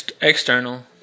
external